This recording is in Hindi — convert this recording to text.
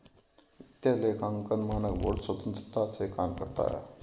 वित्तीय लेखांकन मानक बोर्ड स्वतंत्रता से काम करता है